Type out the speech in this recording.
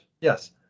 Yes